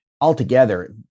Altogether